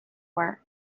work